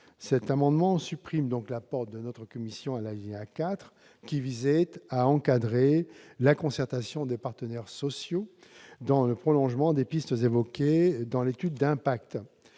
effet de supprimer l'apport de la commission à l'alinéa 4, qui visait à encadrer la concertation des partenaires sociaux, dans le prolongement des pistes évoquées dans l'étude d'impact.